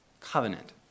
covenant